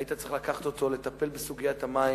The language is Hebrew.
היית צריך לקחת אותו ולטפל בסוגיית המים,